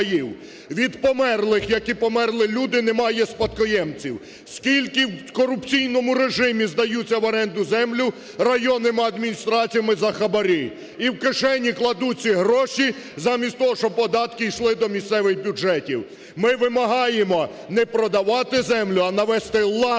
Від померлих, які померли люди немає спадкоємців. Скільки в корупційному режимі здаються в оренду землі районним адміністраціями за хабарі. І в кишені кладуть ці гроші замість того, щоб податки йшли до місцевих бюджетів. Ми вимагаємо не продавати землю, а навести лад